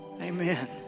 Amen